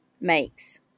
makes